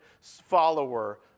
follower